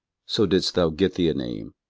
so didst thou get thee a name,